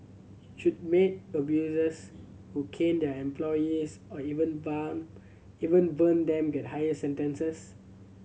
should maid abusers who cane their employees or even even burn them get higher sentences